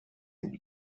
and